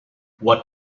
what